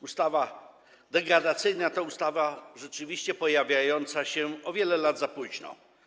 Ustawa degradacyjna to ustawa rzeczywiście pojawiająca się o wiele lat za późno.